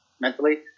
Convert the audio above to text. mentally